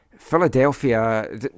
Philadelphia